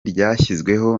ryashyizweho